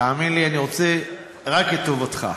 תאמין לי, אני רוצה רק את טובתך.